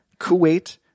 Kuwait